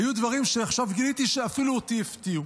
היו דברים שעכשיו גיליתי שאפילו אותי הפתיעו.